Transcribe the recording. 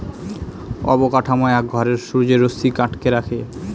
অবকাঠামো এক ঘরে সূর্যের রশ্মিকে আটকে রাখে